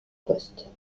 poste